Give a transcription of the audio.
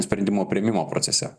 sprendimo priėmimo procese